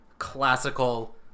classical